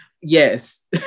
Yes